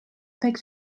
pek